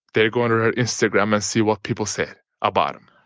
they're going to instagram and see what people say about them.